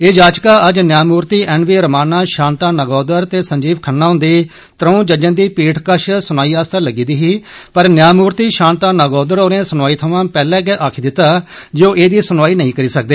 ए याचिका अज्ज न्यामूर्ति एन वी रमाणा शांतानागौदर ते संजीव खन्ना हुन्दी त्रों जजें दी पीठ कश सुनवाई आस्तै लग्गी दी ही पर न्यामूर्ति शांतानागौदर होरें सुनवाई थमां पहलें गै आक्खी दिता जे ओ एहदी सुनवाई नेंई करी सकदे